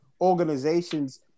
organizations